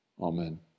Amen